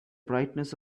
brightness